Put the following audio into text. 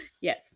yes